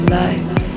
life